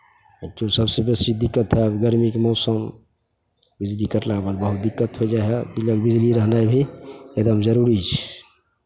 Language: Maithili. आओर सभसँ बेसी दिक्कत आब गरमीके मौसम बिजली कटलाके बाद बहुत दिक्कत होइ जाइ हइ एहि लए कऽ बिजली रहनाइ भी एकदम जरूरी छै